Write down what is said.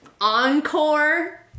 Encore